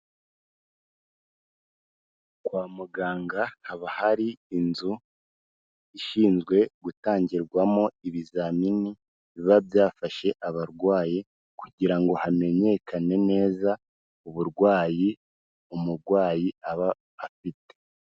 Kwa muganga haba hari inzu ishinzwe gutangirwamo ibizamini biba byafashe abarwayi kugira ngo hamenyekane neza uburwayi umurwayi aba afite.